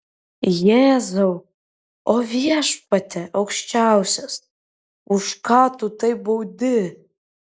jėzau o viešpatie aukščiausias už ką tu taip baudi